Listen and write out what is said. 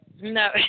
No